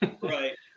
right